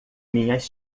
minhas